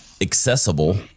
accessible